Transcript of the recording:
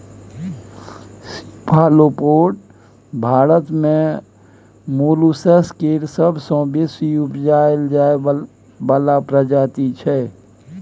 cephalopod Bharat मे molluscs केर सबसँ बेसी उपजाएल जाइ बला प्रजाति छै